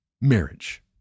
marriage